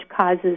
causes